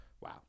Wow